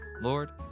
lord